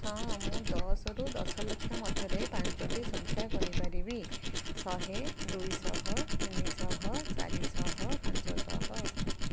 ହଁ ମୁଁ ଦଶରୁ ଦଶଲକ୍ଷ ମଧ୍ୟରେ ପାଞ୍ଚଟି ସଂଖ୍ୟା କହିପାରିବି ଶହେ ଦୁଇ ଶହ ତିନି ଶହ ଚାରି ଶହ ପାଞ୍ଚ ଶହ